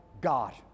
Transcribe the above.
god